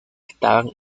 estaban